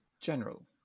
General